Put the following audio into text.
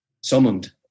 summoned